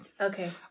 Okay